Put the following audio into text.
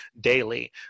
daily